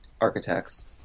architects